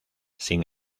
sin